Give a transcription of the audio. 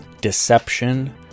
deception